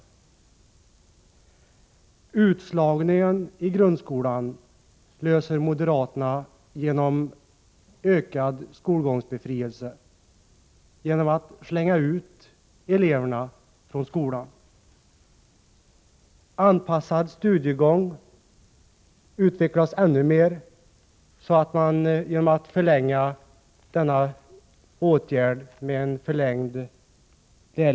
Moderaterna vill lösa problemet med utslagningen i grundskolan genom att införa ökad skolgångsbefrielse, genom att slänga ut eleverna från skolan. Systemet med anpassad studiegång utvecklas ännu mer genom att man inför en förlängning av lärlingsutbildningen.